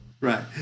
Right